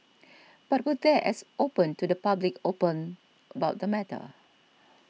but were they as open to the public open about the matter